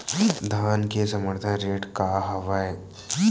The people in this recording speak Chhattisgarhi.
धान के समर्थन रेट का हवाय?